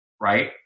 right